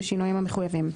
בשינויים המחויבים,